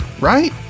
right